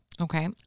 okay